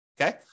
okay